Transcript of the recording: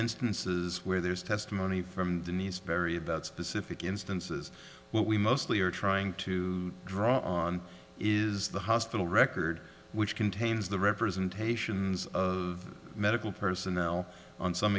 instances where there is testimony from denise very about specific instances what we mostly are trying to draw on is the hospital record which contains the representations of medical personnel on some